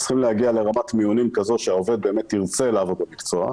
צריכים להגיע לרמת מיונים כזו שהעובד באמת ירצה לעבוד במקצוע,